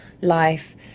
life